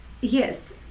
Yes